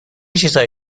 چیزهای